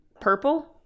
purple